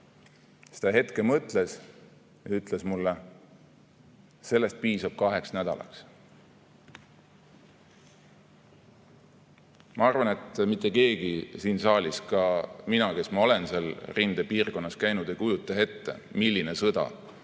ta hetke mõtles ja ütles mulle: "Sellest piisab kaheks nädalaks." Ma arvan, et mitte keegi siin saalis – ka mina, kes ma olen seal rindepiirkonnas käinud – ei kujuta ette, milline sõda